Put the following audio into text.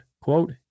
Quote